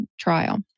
trial